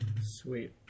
Sweet